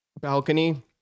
balcony